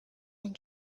and